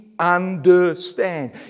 understand